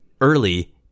early